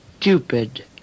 stupid